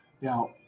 Now